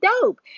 dope